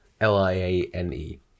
L-I-A-N-E